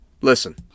listen